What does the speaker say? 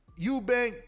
Eubank